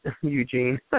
Eugene